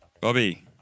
Bobby